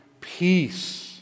peace